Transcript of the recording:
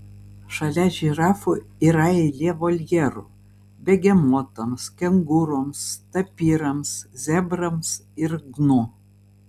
šalia žirafų yra eilė voljerų begemotams kengūroms tapyrams zebrams ir gnu